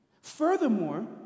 Furthermore